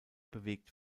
bewegt